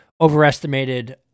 overestimated